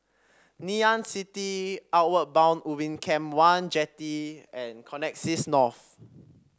Ngee Ann City Outward Bound Ubin Camp one Jetty and Connexis North